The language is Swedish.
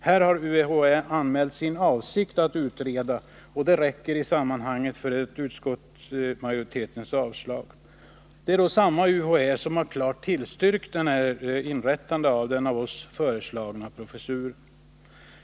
Här har UHÄ anmält sin avsikt att utreda, och det räcker i sammanhanget för ett utskottsmajoritetens avstyrkande. Det är samma UHÄ som har klart tillstyrkt inrättandet av den av oss föreslagna professuren.